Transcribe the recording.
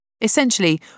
Essentially